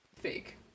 fake